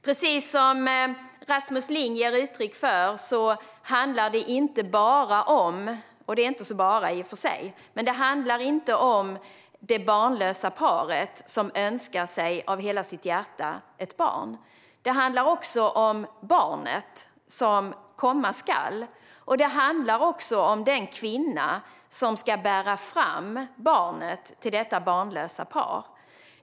Precis som Rasmus Ling ger uttryck för handlar det inte bara om - och det är i och för sig inte så "bara" - det barnlösa paret som av hela sitt hjärta önskar sig ett barn. Det handlar också om barnet som komma skall och även om den kvinna som ska bära fram barnet till detta barnlösa par.